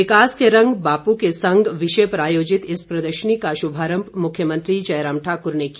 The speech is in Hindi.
विकास के रंग बापू के संग विषय पर आयोजित इस प्रदर्शनी का शुभारम्भ मुख्यमंत्री जयराम ठाक्र ने किया